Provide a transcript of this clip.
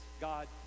God